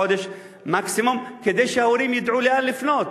חודש מקסימום כדי שההורים ידעו לאן לפנות,